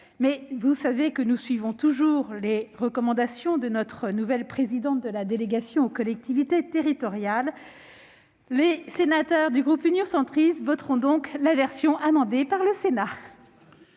Gatel. Vous savez que nous suivons toujours les recommandations de la nouvelle présidente de notre délégation aux collectivités territoriales ... Les sénateurs du groupe Union Centriste voteront donc la version amendée par le Sénat.